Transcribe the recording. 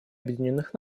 объединенных